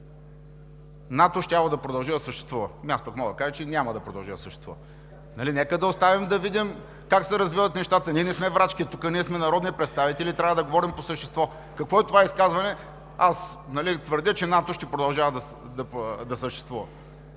НАТО щяло да продължи да съществува. Аз пък мога да кажа, че няма да продължи да съществува. Нека да оставим, да видим как се развиват нещата. Ние тук не сме врачки, ние сме народни представители и трябва да говорим по същество. Какво е това изказване: „Аз твърдя, че НАТО ще продължава да съществува“?!